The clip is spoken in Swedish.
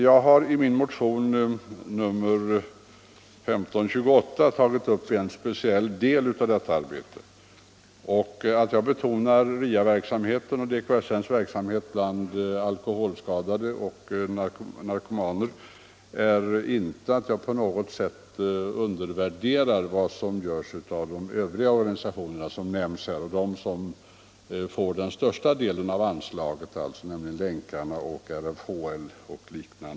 Jag har i min motion 1528 tagit upp en speciell del av detta arbete. Att jag betonar RIA-arbetet och DKSN:s verksamhet bland alkoholskadade och narkomaner beror inte på att jag på något sätt undervärderar vad som görs av de övriga organisationer som nämns i betänkandet och som får den största delen av anslaget, alltså Länkrörelsen, RFHL m.fl.